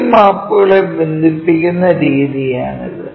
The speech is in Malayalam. ഈ മാപ്പുകളെ ബന്ധിപ്പിക്കുന്ന രീതിയാണിത്